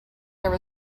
there